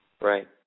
Right